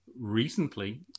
Recently